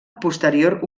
posterior